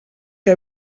que